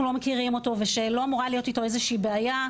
לא מכירים אותו ושלא אמורה להיות איתו איזושהי בעיה,